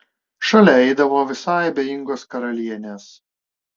šalia eidavo visai abejingos karalienės